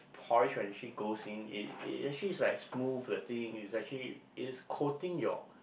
porridge when actually goes in it it actually is like smooth the thing is actually it is coating your